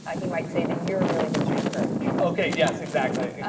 ah he might say that you're really demonstrating courage. okay, yes. exactly,